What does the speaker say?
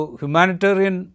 humanitarian